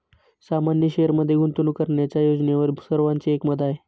सामान्य शेअरमध्ये गुंतवणूक करण्याच्या योजनेवर सर्वांचे एकमत आहे